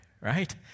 right